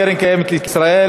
קרן קיימת לישראל),